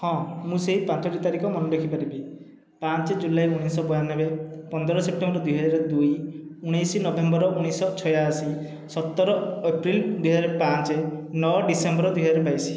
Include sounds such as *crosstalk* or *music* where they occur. ହଁ ମୁଁ ସେହି ପାଞ୍ଚଟି ତାରିଖ ମନେରଖିପାରିବି ପାଞ୍ଚ ଜୁଲାଇ ଉଣେଇଶଶହ ବୟାନବେ ପନ୍ଦର ସେପ୍ଟେମ୍ବର ଦୁଇହଜାର ଦୁଇ ଉଣେଇଶ ନଭେମ୍ବର ଉଣେଇଶଶହ ଛୟାଅଶି ସତର ଏପ୍ରିଲ୍ ଦୁଇହଜାର ପାଞ୍ଚ ନଅ ଡିସେମ୍ବର ଦୁଇ *unintelligible* ବାଇଶ